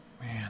Man